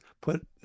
put